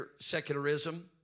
secularism